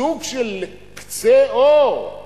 סוג של קצה אור,